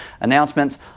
announcements